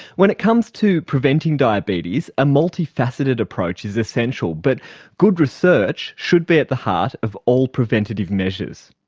when it comes to preventing diabetes, a multi-faceted approach is essential. but good research should be at the heart of all preventative measures.